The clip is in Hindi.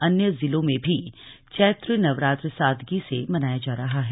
अन्य जिलों में भी चैत्र न वरात्र सादगी से मनाया जा रहा है